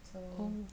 so